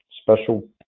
special